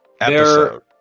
episode